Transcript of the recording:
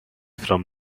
from